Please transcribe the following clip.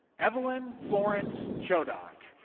evelyn florence chodak